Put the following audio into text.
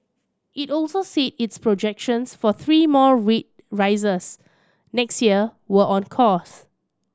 it also said its projections for three more rate rises next year were on course